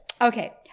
Okay